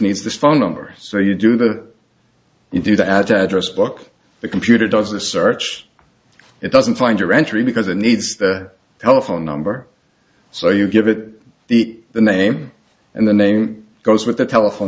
needs this phone number so you do that you do the address book the computer does a search it doesn't find your entry because it needs the telephone number so you give it the the name and the name goes with the telephone